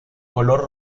color